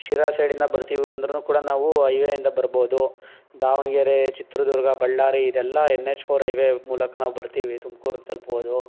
ಶಿರಾ ಸೈಡಿಂದ ಬರ್ತೀವಿ ಅಂದ್ರೂ ಕೂಡ ನಾವು ಐವೇಯಿಂದ ಬರ್ಬೋದು ದಾವಣಗೆರೆ ಚಿತ್ರದುರ್ಗ ಬಳ್ಳಾರಿ ಇದೆಲ್ಲ ಎನ್ ಎಚ್ ಫೋರ್ ಐವೇ ಮೂಲಕ ನಾವು ಬರ್ತೀವಿ ತುಮ್ಕೂರ್ಗೆ ತಲ್ಪ್ಬೋದು